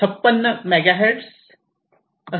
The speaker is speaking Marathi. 56 MHzs असते